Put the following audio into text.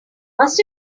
must